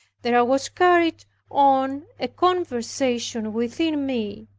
there was carried on a conversation within me,